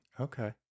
Okay